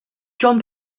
jon